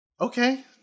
Okay